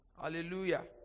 Hallelujah